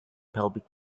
pelvic